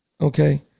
okay